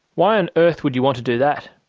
why on earth would you want to do that?